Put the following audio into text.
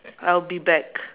I'll be back